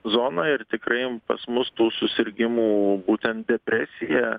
zoną ir tikrai pas mus tų susirgimų būtent depresija